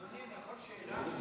אדוני, אני יכול שאלה?